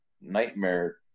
nightmare